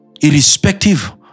irrespective